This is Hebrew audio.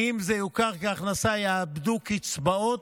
כי אם הם יוכרו כהכנסה, הם יאבדו קצבאות.